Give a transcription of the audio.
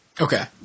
Okay